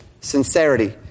sincerity